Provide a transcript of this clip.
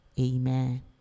Amen